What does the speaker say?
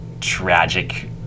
tragic